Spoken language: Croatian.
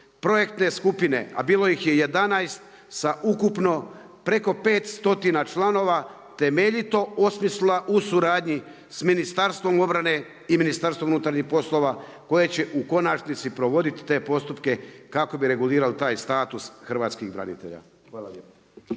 projektne skupine a bilo ih je 11, sa ukupno preko 500 članova temeljito osmislila u suradnji s Ministarstvom obrane i Ministarstvom unutarnjih poslova koje će u konačnici provoditi te postupke kako bi regulirali taj status hrvatskih branitelja. Hvala lijepo.